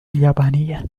اليابانية